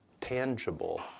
tangible